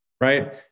right